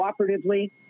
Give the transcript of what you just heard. cooperatively